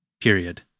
period